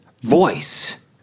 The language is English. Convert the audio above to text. voice